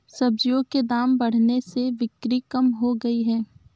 सब्जियों के दाम बढ़ने से बिक्री कम हो गयी है